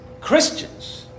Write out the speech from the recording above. Christians